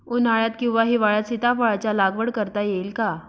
उन्हाळ्यात किंवा हिवाळ्यात सीताफळाच्या लागवड करता येईल का?